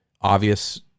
obvious